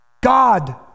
God